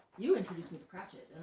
you introduced me to pratchett,